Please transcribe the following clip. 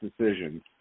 decisions